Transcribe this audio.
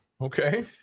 Okay